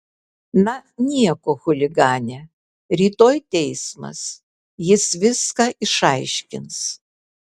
na nieko chuligane rytoj teismas jis viską išaiškins